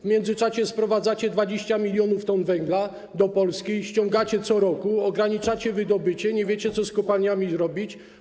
W międzyczasie sprowadzacie 20 mln t węgla do Polski, ściągacie go co roku, ograniczacie wydobycie, nie wiecie, co z kopalniami robić.